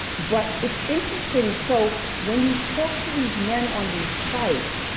but it's interesting, so when you talk to these men on these sites,